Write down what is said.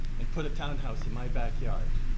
and put a townhouse in my backyard.